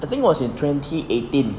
the thing was in twenty eighteen